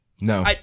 No